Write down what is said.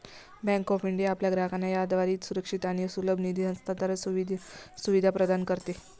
bank of India आपल्या ग्राहकांना याद्वारे सुरक्षित आणि सुलभ निधी हस्तांतरण सुविधा प्रदान करते